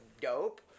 dope